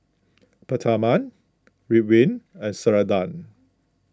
Peptamen Ridwind and Ceradan